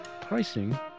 pricing